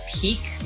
peak